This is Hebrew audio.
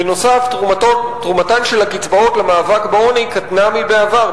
בנוסף, תרומתן של הקצבאות למאבק בעוני קטנה מבעבר.